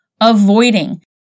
avoiding